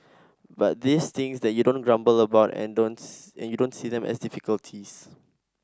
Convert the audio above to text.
but these things that you don't grumble about and and you don't see them as difficulties